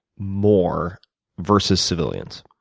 more versus civilians?